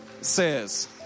says